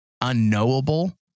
unknowable